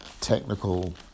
technical